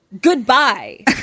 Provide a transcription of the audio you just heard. goodbye